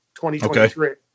2023